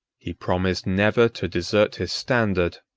he promised never to desert his standard,